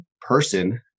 person